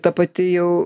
ta pati jau